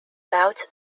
belt